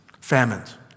Famines